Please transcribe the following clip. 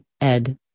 ed